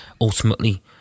ultimately